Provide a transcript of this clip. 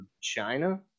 China